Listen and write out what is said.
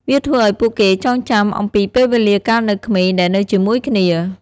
វាធ្វើឲ្យពួកគេចងចាំអំពីពេលវេលាកាលនៅក្មេងដែលនៅជាមួយគ្នា។